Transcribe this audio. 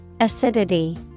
Acidity